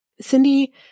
Cindy